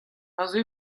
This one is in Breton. aze